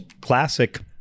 classic